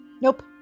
Nope